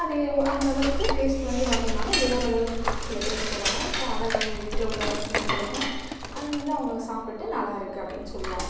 அது அந்த அளவுக்கு டேஸ்ட்டு வந்து வர்லைனாலும் ஓர் அளவுக்கு அந்த டேஸ்ட்டு வரும் ஸோ அதை நான் எங்க வீட்டில் உள்ளவர்களுக்கு செஞ்சுக்குடுப்பேன் அதை வந்து அவங்க சாப்டுட்டு நல்லா இருக்குது அப்படின்னு சொல்லுவாங்க